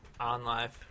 OnLive